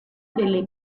delle